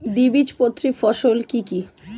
দ্বিবীজপত্রী ফসল কি কি?